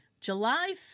July